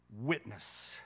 Witness